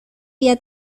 día